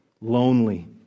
lonely